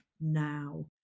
now